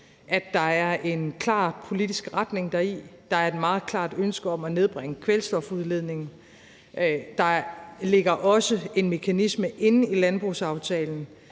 at der er en klar politisk retning deri. Der er et meget klart ønske om at nedbringe kvælstofudledningen, og der ligger også en mekanisme inde i landbrugsaftalen,